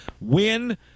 win